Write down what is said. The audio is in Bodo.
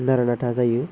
नारा नाथा जायो